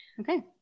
Okay